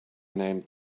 named